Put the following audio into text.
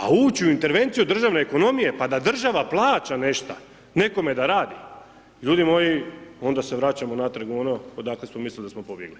A uć u intervenciju državne ekonomije, pa da država plaća nešta nekome da radi, ljudi moji onda se vraćamo natrag u ono odakle smo mislili da smo pobjegli,